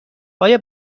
آیا